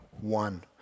one